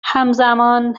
همزمان